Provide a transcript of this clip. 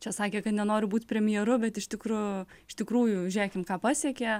čia sakė kad nenoriu būt premjeru bet iš tikru iš tikrųjų žiūrėkim ką pasiekė